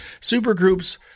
Supergroups